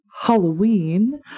Halloween